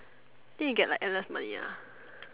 then you get like endless money ah